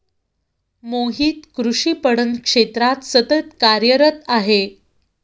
मोहित कृषी पणन क्षेत्रात सतत कार्यरत आहे